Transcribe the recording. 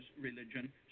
religion